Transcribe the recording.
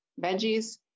veggies